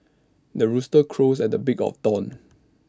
the rooster crows at the break of dawn